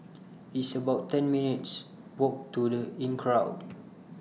It's about ten minutes' Walk to The Inncrowd